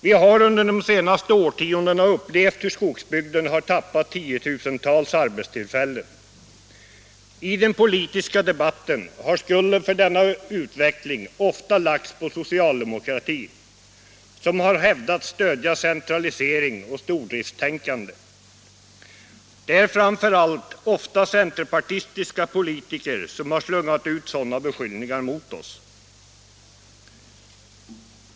Vi har under de senaste årtiondena upplevt hur skogsbygderna har tappat tiotusentals arbetstillfällen. I den politiska debatten har skulden för denna utveckling ofta lagts på socialdemokratin, som har påståtts stödja centralisering och stordriftstänkande. Det är framför allt ofta centerpartistiska politiker som har slungat ut sådana beskyllningar mot oss.